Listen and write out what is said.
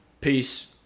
Peace